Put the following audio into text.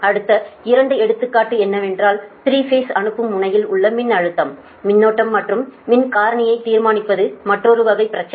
அடுத்த 2 எடுத்துக்காட்டு என்னவென்றால் 3 பேஸ் அனுப்பும் முனையில் உள்ள மின்னழுத்தம் மின்னோட்டம் மற்றும் மின் காரணியை தீர்மானிப்பது மற்றொரு வகை பிரச்சனை